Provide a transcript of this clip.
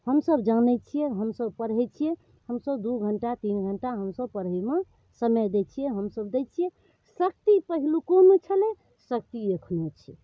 हमसब जानै छियै हमसब पढ़ै छियै हमसब दू घंटा तीन घंटा हमसब पढ़ैमे समय दै छियै हमसब दै छियै शक्ति पहिलुकोमे छलै शक्ति एखनो छै